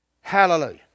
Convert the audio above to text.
Hallelujah